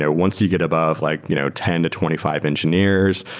yeah once you get above like you know ten to twenty five engineers,